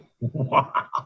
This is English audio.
Wow